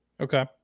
Okay